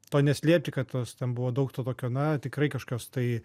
to neslėpti kad tos ten buvo daug to tokio na tikrai kažkokios tai